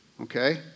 okay